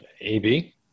AB